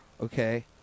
okay